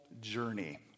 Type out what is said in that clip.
journey